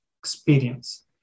experience